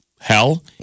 hell